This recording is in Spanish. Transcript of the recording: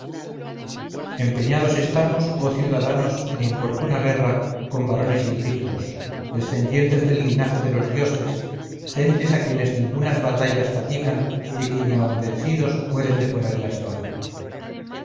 empeñados estamos oh ciudadanos en importuna guerra con varones invictos descendientes del linaje de los dioses gentes a quienes ningunas batallas fatigan y que ni aun vencidos pueden deponer la espada